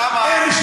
למה,